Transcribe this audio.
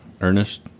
Ernest